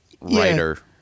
writer